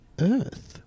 earth